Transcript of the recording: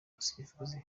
umusifuzi